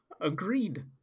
Agreed